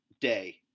day